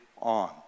on